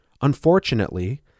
Unfortunately